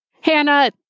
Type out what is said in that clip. Hannah